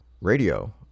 radio